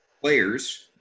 players